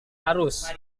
harus